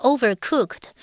Overcooked